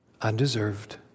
Undeserved